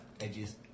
edges